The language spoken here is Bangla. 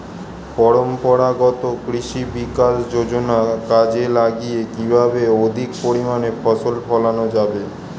পরম্পরাগত কৃষি বিকাশ যোজনা কাজে লাগিয়ে কিভাবে অধিক পরিমাণে ফসল ফলানো যাবে?